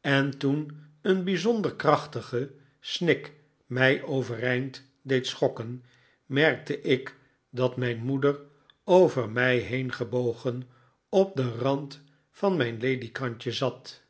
en toen een bijzonder krachtige snik mij overeind deed schokken merkte ik dat mijn moeder over mij heengebogen op den rand van mijn ledikantje zat